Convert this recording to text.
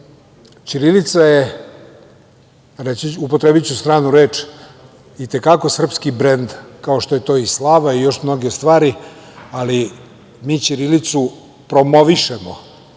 radi. Ćirilica je, upotrebiću stranu reč, i te kako srpski brend, kao što je to i slava i još mnoge stvari, ali mi ćirilicu promovišemo,